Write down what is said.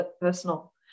personal